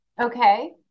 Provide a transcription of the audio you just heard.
Okay